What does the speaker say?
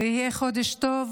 ויהיה חודש טוב,